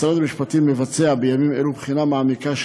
משרד המשפטים מבצע בימים אלו בחינה מעמיקה של